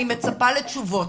אני מצפה לתשובות.